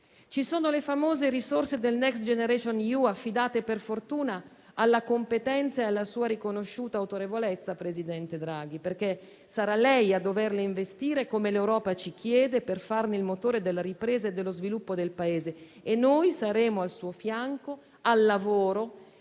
Ci sono le famose risorse del Next generation EU, affidate per fortuna alla competenza e alla sua riconosciuta autorevolezza, presidente Draghi, perché sarà lei a doverle investire, come l'Europa ci chiede, per farne il motore della ripresa e dello sviluppo del Paese. E noi saremo al suo fianco, al lavoro, per